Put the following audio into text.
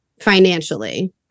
financially